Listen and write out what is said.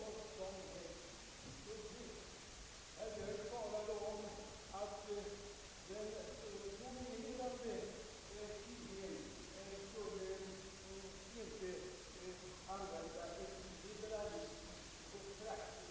Men när man nu med hänvisning till monopolsituationer inom pressen understryker behovet av att stärka skyddet för de enskilda människorna — ja, då blir de nya liberalerna högeligen irriterade.